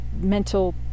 mental